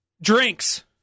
drinks